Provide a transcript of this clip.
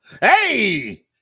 Hey